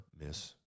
miss